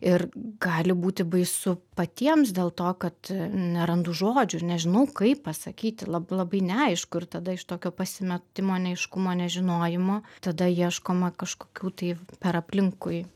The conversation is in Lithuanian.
ir gali būti baisu patiems dėl to kad nerandu žodžių ir nežinau kaip pasakyti labai neaišku ir tada iš tokio pasimetimo neaiškumo nežinojimo tada ieškoma kažkokių tai per aplinkui